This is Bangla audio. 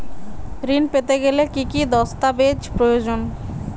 ঋণ পেতে গেলে কি কি দস্তাবেজ প্রয়োজন?